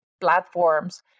platforms